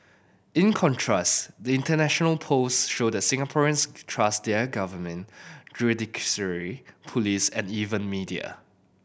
in contrast the international polls show that Singaporeans trust their government judiciary police and even media